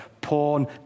Porn